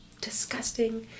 disgusting